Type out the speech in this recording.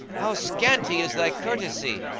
how scanty is thy courtesy!